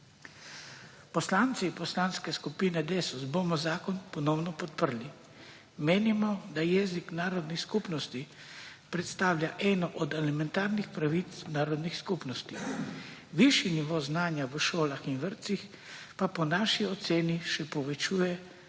Poslanci Poslanske skupine Desus bomo zakon ponovno podprli. Menimo, da jezik narodnih skupnosti predstavlja eno od elementarnih pravic narodnih skupnosti. Višji nivo znanja v šolah in vrtcih pa po naši oceni še povečuje